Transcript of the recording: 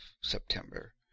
September